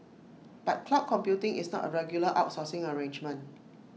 but cloud computing is not A regular outsourcing arrangement